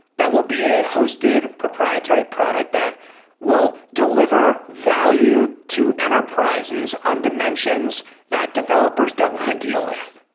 that will be a hosted proprietary product that will deliver value to enterprises on dimensions that developers don't want to deal with.